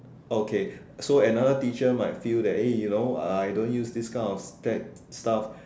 okay so another teacher might feel that eh you know I don't use these kind of tech stuff